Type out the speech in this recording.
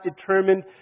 determined